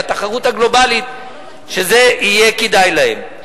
בתחרות הגלובלית שזה יהיה כדאי להם.